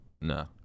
no